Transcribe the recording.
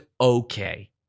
okay